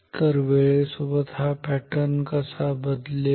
तर वेळेसोबत हा पॅटर्न कसा बदलेल